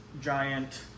giant